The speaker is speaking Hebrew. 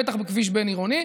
בטח בכביש בין-עירוני.